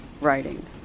writing